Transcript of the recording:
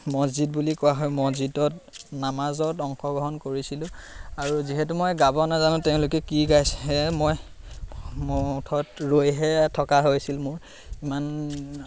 মছজিদ বুলি কোৱা হয় মছজিদত নামাজত অংশগ্ৰহণ কৰিছিলোঁ আৰু যিহেতু মই গাব নাজানো তেওঁলোকে কি গাইছে মই মুঠত ৰৈহে থকা হৈছিল মোৰ ইমান